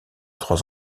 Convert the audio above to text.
trois